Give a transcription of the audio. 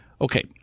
Okay